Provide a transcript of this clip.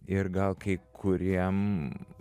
ir gal kai kuriem